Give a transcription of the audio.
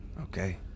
Okay